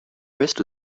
wrist